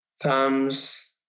thumbs